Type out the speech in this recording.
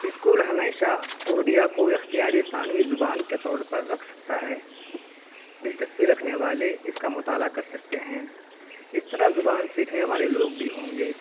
school ہمیشہ اوڈیا کو اختیاری ثانوی زبان کے طور پر رکھ سکتا ہے دلچسپی رکھنے والے اس کا مطالعہ کر سکتے ہیں اس طرح زبان سیکھنے والے لوگ بھی ہوں گے